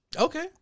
Okay